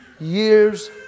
years